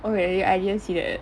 okay I didn't see that